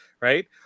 Right